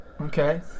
Okay